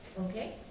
Okay